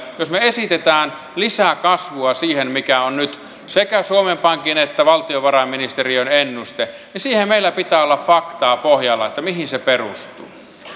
jos me esitämme lisäkasvua siihen mikä on nyt sekä suomen pankin että valtiovarainministeriön ennuste siinä meillä pitää olla faktaa pohjana mihin se perustuu